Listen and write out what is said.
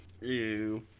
Ew